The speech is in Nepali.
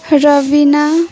रबिना